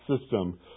system